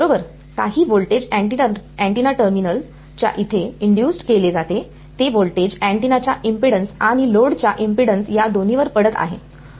बरोबर काही voltage antenna terminal च्या इथे इंड्युसड् केले जाते ते व्होल्टेज अँटिनाच्या इम्पेडन्स आणि लोडच्या इम्पेडन्स या दोन्ही वर पडत आहे